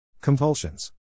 Compulsions